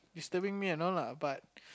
disturbing me and all lah but